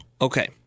Okay